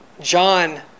John